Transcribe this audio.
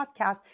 podcast